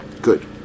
Good